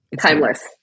Timeless